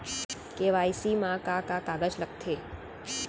KYC मा का का कागज लगथे?